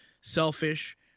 selfish